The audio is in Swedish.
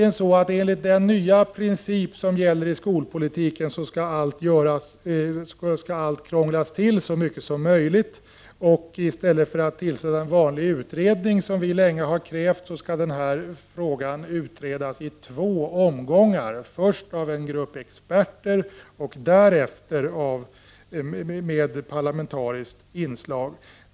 Enligt den nya princip som gäller i skolpolitiken skall allt emellertid krånglas till så mycket som möjligt, och i stället för att man tillsätter en vanlig utredning, som vi i folkpartiet länge har krävt, skall den här frågan utredas i två omgångar, först av en grupp experter och därefter av en grupp med parlamentariskt inslag.